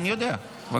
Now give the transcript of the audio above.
רבה.